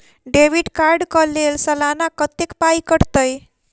Debit card कऽ लेल सलाना कत्तेक पाई कटतै?